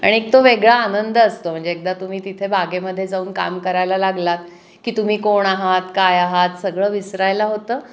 आणि एक तो वेगळा आनंद असतो म्हणजे एकदा तुम्ही तिथे बागेमध्ये जाऊन काम करायला लागलात की तुम्ही कोण आहात काय आहात सगळं विसरायला होतं